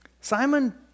Simon